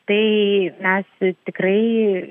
tai mes tikrai